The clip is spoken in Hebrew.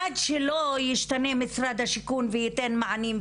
עד שלא ישתנה משרד השיכון וייתן מענים,